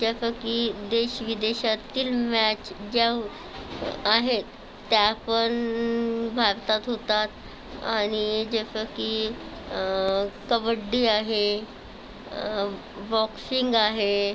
जसं की देश विदेशातील मॅच ज्या आहेत त्या पण भारतात होतात आणि जसं की कबड्डी आहे बॉक्सिंग आहे